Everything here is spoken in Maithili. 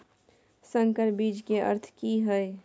संकर बीज के अर्थ की हैय?